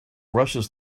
rushes